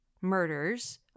murders